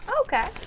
Okay